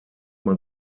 man